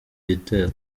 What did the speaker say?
gitero